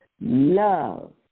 Love